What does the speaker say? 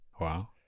Wow